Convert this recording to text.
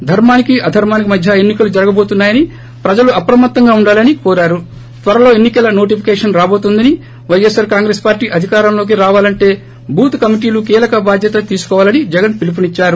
ధర్మానికి అధర్మానికి మధ్య ఎన్ని కలు జరగేటోతున్నాయని ప్రజలు అప్రమత్తంగా ఉండాలని కోరారు త్వరలో ఎన్ని కల నోటిఫికేషన్ రాబోతోందని వైఎస్పార్ కాంగ్రెస్ పార్షి అధికారంలోకి రావాలంటే బూతు కమిటీలు కీలక బాధ్వత తీసుకోవాలని జగన్ పిలుపు ఇచ్చారు